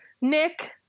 Nick